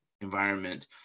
environment